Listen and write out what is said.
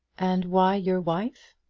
and why your wife?